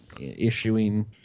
issuing